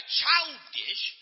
childish